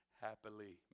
happily